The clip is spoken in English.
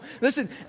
Listen